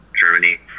Germany